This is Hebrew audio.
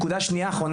קודם כל, אין